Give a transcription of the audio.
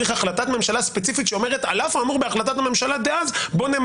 היו לפני הבחירות ולא אחרי הבחירות.